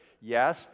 Yes